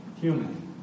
human